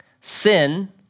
Sin